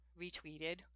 retweeted